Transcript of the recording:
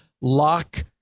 lock